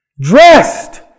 dressed